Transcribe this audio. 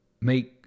make